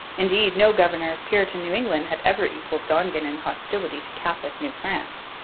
indeed, no governor of puritan new england had ever equalled dongan in hostility to catholic new france.